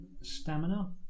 stamina